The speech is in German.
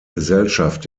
gesellschaft